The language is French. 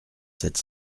sept